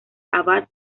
abad